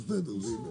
אז יש פוטנציאל.